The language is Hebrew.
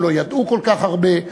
גם לא ידעו כל כך הרבה.